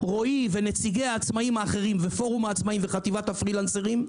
רועי ונציגי העצמאים האחרים ופורום העצמאים וחטיבת הפרילנסרים,